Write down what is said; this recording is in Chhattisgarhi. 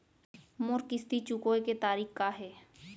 मोर किस्ती चुकोय के तारीक का हे?